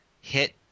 hit